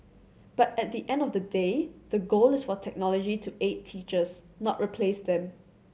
but at the end of the day the goal is for technology to aid teachers not replace them